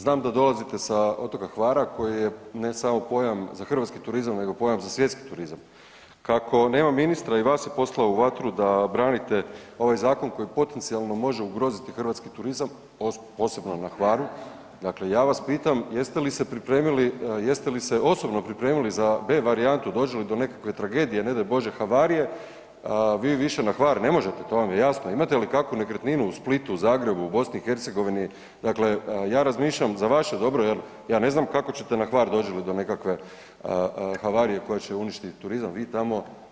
Znam da dolazite sa otoka Hvara koji je ne samo pojam za hrvatski turizam nego pojam za svjetski turizam, kako nema ministra i vas je poslao u vatru da branite ovaj zakon koji potencijalno može ugroziti hrvatski turizam, posebno na Hvaru, dakle ja vas pitam jeste li se pripremili, jeste li se osobno pripremili za B varijantu dođe li do nekakve tragedije, ne daj Bože havarije, vi više na Hvar ne možete to vam je jasno, imate li kakvu nekretninu u Splitu, u Zagrebu, u BiH, dakle ja razmišljam za vaše dobro jer ja ne znam kako ćete na Hvar dođe li do nekakve havarije koja će uništiti turizam, vi tamo